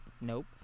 nope